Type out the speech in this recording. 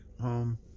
home